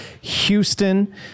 Houston